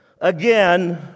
Again